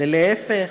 ולהפך.